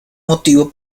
motivo